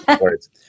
words